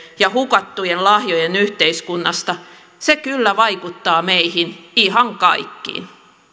ja hukattujen lahjojen yhteiskunnasta se kyllä vaikuttaa meihin ihan kaikkiin